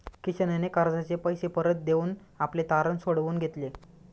किशनने कर्जाचे पैसे परत देऊन आपले तारण सोडवून घेतले